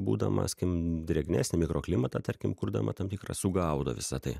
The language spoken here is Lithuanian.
būdama skim drėgnesnį mikroklimatą tarkim kurdama tam tikrą sugaudo visa tai